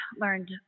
learned